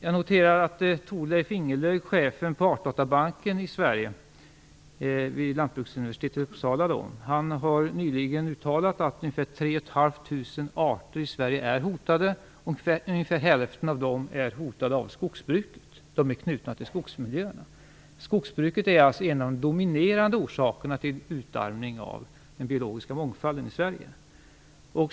Jag noterar att Thorleif Ingelöf, chefen för Artdatabanken vid Lantbruksuniversitet i Uppsala, nyligen har uttalat ca 3 500 arter i Sverige är hotade, varav cirka hälften är hotade av skogsbruket. Dessa arter är knutna till skogsmiljöerna. Skogsbruket är alltså en av de dominerande orsakerna till utarmning av den biologiska mångfalden i Sverige.